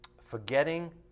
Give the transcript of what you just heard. Forgetting